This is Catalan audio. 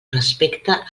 respecte